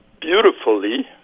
beautifully